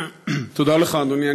תודה לך, אדוני.